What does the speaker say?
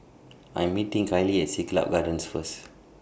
I Am meeting Kaylee At Siglap Gardens First